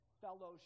fellowship